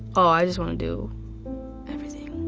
ah i just want to do everything.